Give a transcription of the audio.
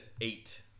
eight